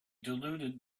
diluted